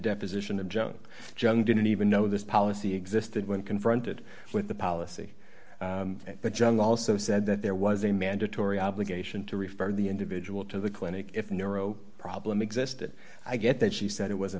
deposition of joe junk didn't even know this policy existed when confronted with the policy but john also said that there was a mandatory obligation to refer the individual to the clinic if neuro problem existed i get that she said it was a